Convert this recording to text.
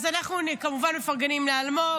אז אנחנו כמובן מפרגנים לאלמוג,